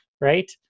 Right